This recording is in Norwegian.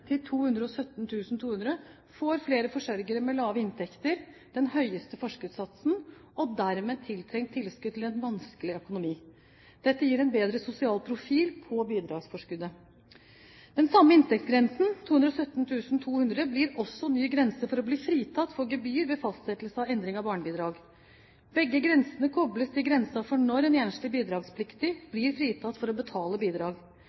til 217 200 kr får flere forsørgere med lave inntekter den høyeste forskuddssatsen og dermed et tiltrengt tilskudd til en vanskelig økonomi. Dette gir en bedre sosial profil på bidragsforskuddet. Den samme inntektsgrensen, 217 200 kr, blir også ny grense for å bli fritatt for gebyr ved fastsettelse og endring av barnebidrag. Begge grensene kobles til grensen for når en enslig bidragspliktig